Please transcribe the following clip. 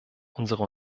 unsere